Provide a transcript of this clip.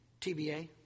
TBA